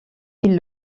une